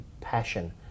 passion